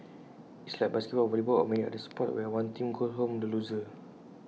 it's like basketball or volleyball or many other sports where one team goes home the loser